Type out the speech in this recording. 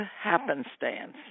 Happenstance